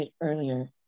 earlier